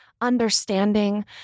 understanding